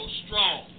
strong